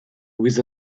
with